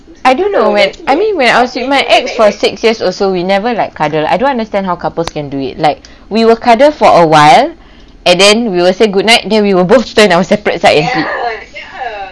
I don't know when I mean when I was with my ex for six years also we never like kinda like I don't understand how couples can do it like we will cuddle for awhile and then we will say good night then we will both turn our separate side